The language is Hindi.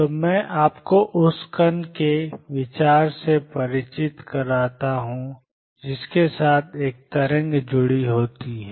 तो मैं आपको उस कण के विचार से परिचित कराता हूं जिसके साथ एक तरंग जुड़ी होती है